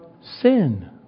sin